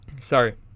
sorry